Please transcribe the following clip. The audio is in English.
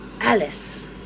Alice